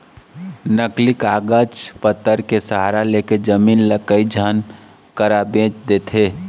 नकली कागज पतर के सहारा लेके जमीन ल कई झन करा बेंच देथे